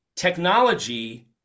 Technology